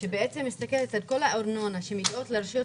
שמסתכלת על כל הארנונה שמרוויחות רשויות